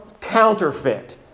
counterfeit